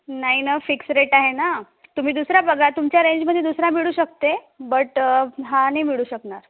नाही ना fixed rate आहे ना तुम्ही दुसरा बघा तुमच्या रेंजमध्ये दुसरा मिळू शकते बट हा नाही मिळू शकणार